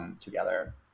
together